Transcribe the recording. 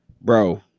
bro